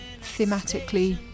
thematically